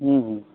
ᱦᱩᱸ